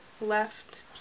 left